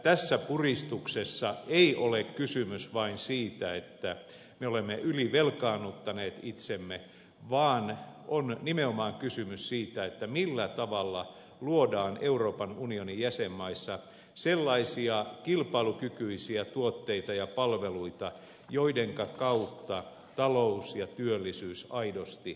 tässä puristuksessa ei ole kysymys vain siitä että me olemme ylivelkaannuttaneet itsemme vaan on nimenomaan kysymys siitä millä tavalla luodaan euroopan unionin jäsenmaissa sellaisia kilpailukykyisiä tuotteita ja palveluita joidenka kautta talous ja työllisyys aidosti vahvistuu